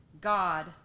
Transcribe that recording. God